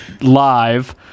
live